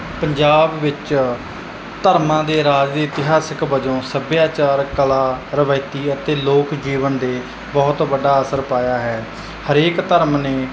ਪੰਜਾਬ ਵਿੱਚ ਧਰਮਾਂ ਦੇ ਰਾਜ ਦੇ ਇਤਿਹਾਸਿਕ ਵੱਜੋਂ ਸੱਭਿਆਚਾਰ ਕਲਾ ਰਵਾਇਤੀ ਅਤੇ ਲੋਕ ਜੀਵਨ ਦੇ ਬਹੁਤ ਵੱਡਾ ਅਸਰ ਪਾਇਆ ਹੈ ਹਰੇਕ ਧਰਮ ਨੇ